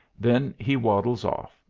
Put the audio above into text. then he waddles off,